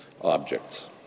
objects